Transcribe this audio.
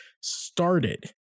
started